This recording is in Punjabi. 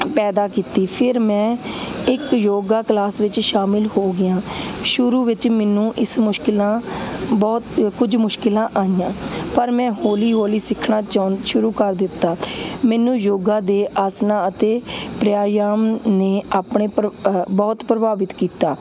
ਪੈਦਾ ਕੀਤੀ ਫਿਰ ਮੈਂ ਇੱਕ ਯੋਗਾ ਕਲਾਸ ਵਿੱਚ ਸ਼ਾਮਲ ਹੋ ਗਿਆ ਸ਼ੁਰੂ ਵਿੱਚ ਮੈਨੂੰ ਇਸ ਮੁਸ਼ਕਲਾਂ ਬਹੁਤ ਕੁਝ ਮੁਸ਼ਕਲਾਂ ਆਈਆਂ ਪਰ ਮੈਂ ਹੌਲੀ ਹੌਲੀ ਸਿੱਖਣਾ ਚੋਹ ਸ਼ੁਰੂ ਕਰ ਦਿੱਤਾ ਮੈਨੂੰ ਯੋਗਾ ਦੇ ਆਸਣਾ ਅਤੇ ਪ੍ਰਾਣਾਯਾਮ ਨੇ ਆਪਣੇ ਪਰ ਬਹੁਤ ਪ੍ਰਭਾਵਿਤ ਕੀਤਾ